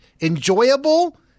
enjoyable